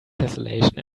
tesselation